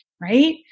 right